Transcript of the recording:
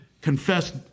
confessed